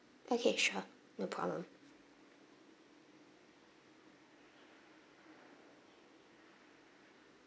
okay sure no problem